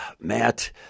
matt